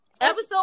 episode